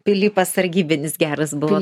pilypas sargybinis geras buvo